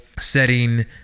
setting